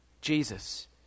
Jesus